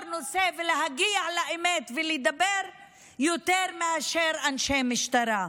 נושא ולהגיע לאמת ולדבר יותר מאשר אנשי משטרה.